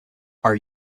are